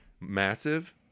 massive